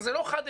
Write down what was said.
זה לא חד-ערכי.